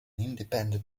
independent